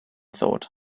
thought